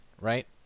right